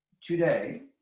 today